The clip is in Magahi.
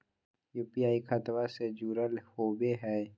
यू.पी.आई खतबा से जुरल होवे हय?